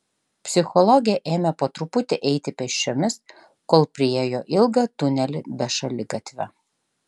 psichologė ėmė po truputį eiti pėsčiomis kol priėjo ilgą tunelį be šaligatvio